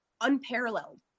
unparalleled